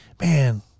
man